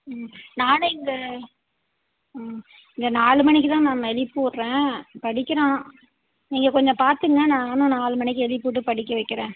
ம் நானே இங்கே ம் இங்கே நாலு மணிக்கி தான் மேம் எழுப்பி விட்றேன் படிக்கிறான் நீங்கள் கொஞ்சம் பார்த்துக்கங்க நானும் நாலு மணிக்கி எழுப்பிவுட்டு படிக்க வைக்கிறேன்